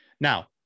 Now